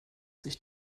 sich